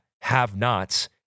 have-nots